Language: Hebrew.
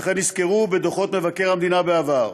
וכן נסקרו בדוחות מבקר המדינה בעבר.